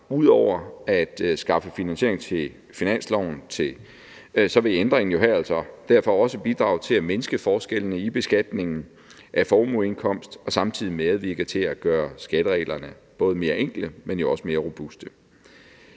Ud over at den skaffer finansiering til finansloven, vil ændringen her derfor også bidrage til at mindske forskellene i beskatningen af formueindkomst og samtidig medvirke til at gøre skattereglerne både mere enkle og mere robuste.